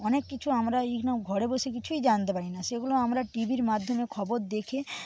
অনেক কিছু আমরা ঘরে বসে কিছুই জানতে পারি না সেগুলো আমরা টিভির মাধ্যমে খবর দেখে